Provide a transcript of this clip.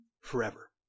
forever